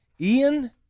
Ian